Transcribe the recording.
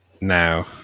now